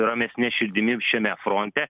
ramesne širdimi šiame fronte